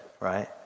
right